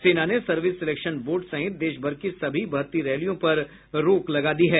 सेना ने service selection board सहित देशभर की सभी भर्ती रैलियों पर रोक लगा दी है